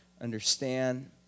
understand